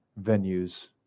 venues